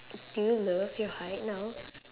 do you love your height now